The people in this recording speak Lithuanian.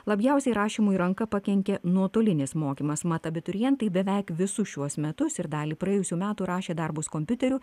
labiausiai rašymui ranka pakenkė nuotolinis mokymas mat abiturientai beveik visus šiuos metus ir dalį praėjusių metų rašė darbus kompiuteriu